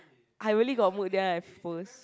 I really got mood then I post